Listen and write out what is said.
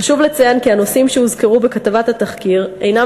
חשוב לציין כי הנושאים שהוזכרו בכתבת התחקיר אינם